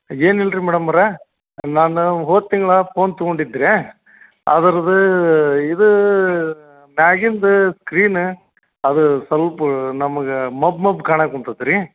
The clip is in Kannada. ಏನಿಲ್ಲರೀ ಮೇಡಮ್ಮೊರೆ ನಾನು ಹೋದ ತಿಂಗ್ಳು ಫೋನ್ ತೊಗೊಂಡಿದ್ದೆ ರೀ ಅದರದ್ದು ಇದು ಮ್ಯಾಗಿಂದ ಸ್ಕ್ರೀನ ಅದು ಸ್ವಲ್ಪ ನಮಗೆ ಮಬ್ಬು ಮಬ್ಬು ಕಾಣಾಕಂತಾತ್ ರೀ